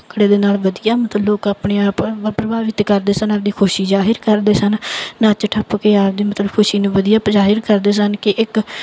ਭੰਗੜੇ ਦੇ ਨਾਲ ਵਧੀਆ ਮਤਲਬ ਲੋਕ ਆਪਣੇ ਆਪ ਪ੍ਰਭਾਵਿਤ ਕਰਦੇ ਸਨ ਆਪਦੀ ਖੁਸ਼ੀ ਜ਼ਾਹਿਰ ਕਰਦੇ ਸਨ ਨੱਚ ਟੱਪ ਕੇ ਆਪਦੀ ਮਤਲਬ ਖੁਸ਼ੀ ਨੂੰ ਵਧੀਆ ਜ਼ਾਹਿਰ ਕਰਦੇ ਸਨ ਕਿ ਇੱਕ